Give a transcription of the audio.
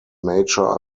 mature